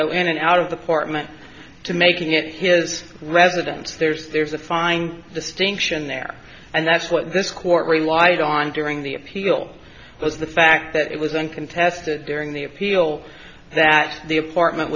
go in and out of the partment to making it his residence there's there's a fine distinction there and that's what this court relied on during the appeal was the fact that it was uncontested during the appeal that the apartment